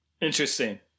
Interesting